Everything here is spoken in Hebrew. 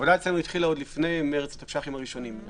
העבודה אצלנו התחילה עוד לפני התקש"חים הראשונים,